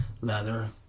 leather